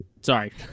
Sorry